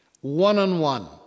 one-on-one